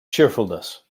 cheerfulness